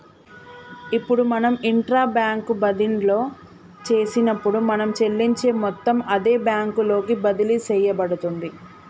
ఇప్పుడు మనం intra bank బదిన్లో చేసినప్పుడు మనం చెల్లించే మొత్తం అదే బ్యాంకు లోకి బదిలి సేయబడుతుంది